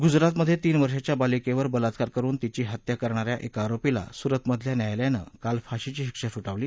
गुजरातमधे तीन वर्षाच्या बालिकेवर बलात्कार करुन तिची हत्या करणाऱ्या एका आरोपीला सुरतमधल्या न्यायालयानं काल फाशीची शिक्षा ठोठावली